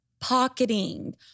Pocketing